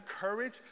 courage